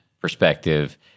perspective